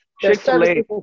Chick-fil-A